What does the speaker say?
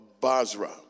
Basra